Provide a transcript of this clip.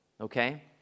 okay